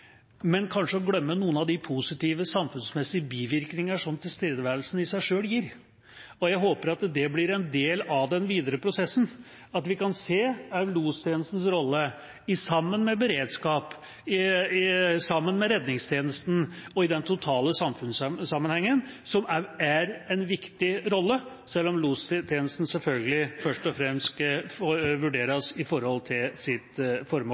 men at vi kanskje glemmer noen av de positive samfunnsmessige bivirkningene som tilstedeværelsen i seg selv gir. Jeg håper at det blir en del av den videre prosessen, og at vi kan se lostjenestens rolle sammen med beredskap, sammen med redningstjenesten og i den totale samfunnssammenhengen, som også er en viktig rolle, selv om lostjenesten selvfølgelig først og fremst skal vurderes opp mot sitt formål.